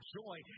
joy